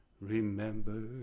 remember